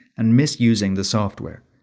and misusing the software,